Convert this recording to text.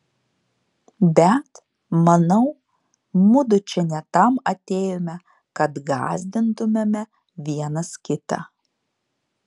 bet manau mudu čia ne tam atėjome kad gąsdintumėme vienas kitą